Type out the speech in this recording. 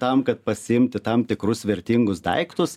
tam kad pasiimti tam tikrus vertingus daiktus